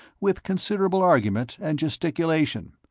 with considerable argument and gesticulation.